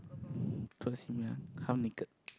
half naked